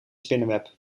spinnenweb